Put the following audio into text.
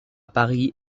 paris